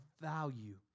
value